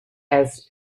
has